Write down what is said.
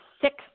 six